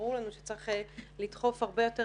ברור לנו שצריך לדחוף הרבה יותר